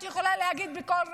את יכולה להגיד בקול רם.